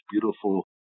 beautiful